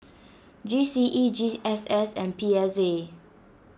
G C E G S S and P S A